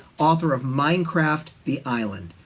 author of minecraft the island.